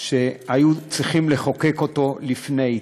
שהיו צריכים לחוקק אותו לפני.